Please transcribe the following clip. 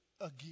again